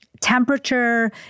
temperature